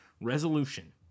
resolution